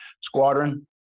squadron